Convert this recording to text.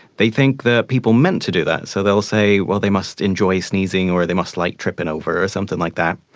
they think that people meant to do that. so they'll say, well, they must enjoy sneezing or they must like tripping over, or something like that.